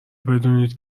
بدونید